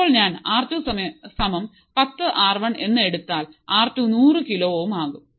ഇപ്പോൾ ഞാൻ R two സമം പത്തു ആർ വൺ എന്ന് എടുത്താൽ ആർ ടു നൂറു കിലോ ഓം ആകും